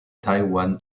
taiwan